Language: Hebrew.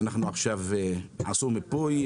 עכשיו עשו מיפוי,